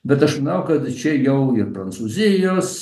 bet aš manau kad čia jau ir prancūzijos